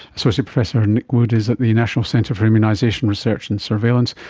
associate professor nick wood is at the national centre for immunisation research and surveillance,